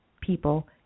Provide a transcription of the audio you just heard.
people